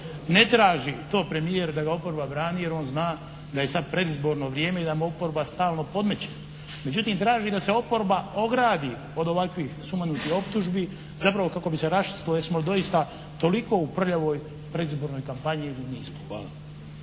Ne traži to premijer da ga oporba brani jer on zna da je sad predizborno vrijeme i da mu oporba stalno podmeće. Međutim, traži da se oporba ogradi od ovakvih sumanutih optužbi zapravo kako bi se raščistilo jel smo doista toliko u prljavoj predizbornoj kampanji ili nismo.